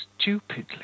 stupidly